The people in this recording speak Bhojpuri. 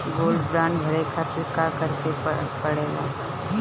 गोल्ड बांड भरे खातिर का करेके पड़ेला?